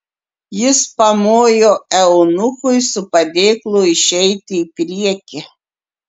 jis pamojo eunuchui su padėklu išeiti į priekį